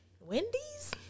Wendy's